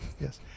Yes